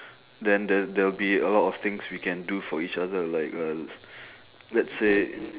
then there there will be a lot of things we can do for each other like uh let's say